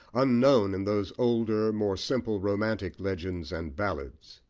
unknown in those older, more simple, romantic legends and ballads.